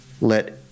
let